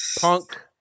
punk